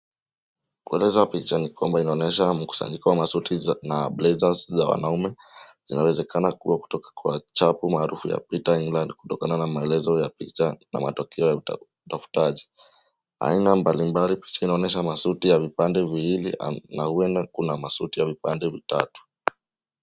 Kueleza picha ni kwamba ni mkusanyiko wa suti na blazers za wanaume zina wezekana kuwa chapu maarufu kutoka England kutokana na picha na maelezo ya utafutaji. Aina mbali mbali picha inaonyesha masuti ya vipande viwili na huenda kuna masuti ya vipande vitatu.